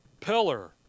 Pillar